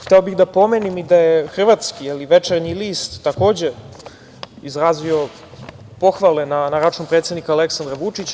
Hteo bih da pomenem i da je hrvatski „Večernji list“, takođe izrazio pohvale na račun predsednika Aleksandra Vučića.